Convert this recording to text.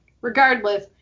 regardless